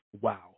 Wow